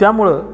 त्यामुळं